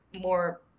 more